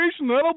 That'll